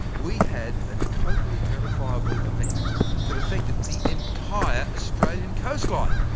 we had a totally verifiable event that affected the entire australian coastline.